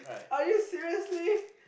are you seriously